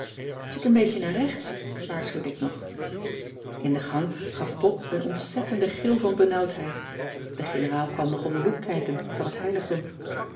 een beetje naar rechts waarschuwde ik nog in de gang gaf pop een ontzettenden gil van benauwdheid de generaal kwam nog om de hoek kijken van het heiligdom